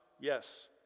Yes